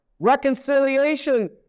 Reconciliation